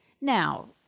Now